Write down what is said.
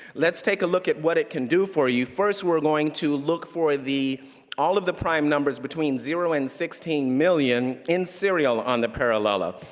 let's take a look at what it can do for you. first we're going to look for all of the prime numbers between zero and sixteen million, in serial on the parallella.